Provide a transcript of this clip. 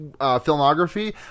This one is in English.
filmography